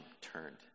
turned